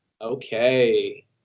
Okay